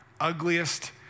ugliest